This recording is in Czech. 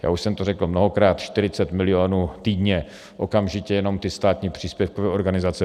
Já už jsem to řekl mnohokrát, 40 milionů týdně, okamžitě, jenom ty státní příspěvkové organizace.